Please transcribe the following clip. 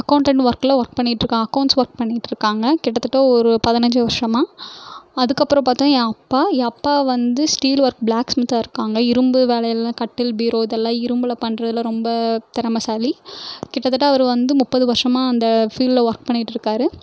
accountant ஒர்கில் work பண்ணிட்டுருக்கா accounts work பண்ணிகிட்ருக்காங்க கிட்டத்தட்ட ஒரு பதினஞ்சி வர்ஷமாக அதுக்கப்புறோம் பார்த்தா என் அப்பா என் அப்பா வந்து ஸ்டீல் ஒர்க் ப்ளாக் ஸ்மித்தாக இருக்காங்க இரும்பு வேலையெல்லாம் கட்டில் பீரோ இதெல்லாம் இரும்பில் பண்ணுறதுல ரொம்ப திறமைசாலி கிட்டத்தட்ட அவர் வந்து முப்பது வருஷமா அந்த ஃபீல்டில் ஒர்க் பண்ணிட்டிருக்காரு